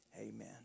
amen